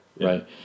Right